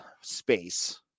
space